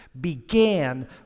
began